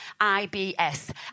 IBS